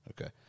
Okay